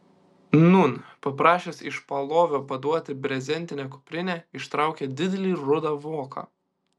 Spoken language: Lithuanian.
nūn paprašęs iš palovio paduoti brezentinę kuprinę ištraukė didelį rudą voką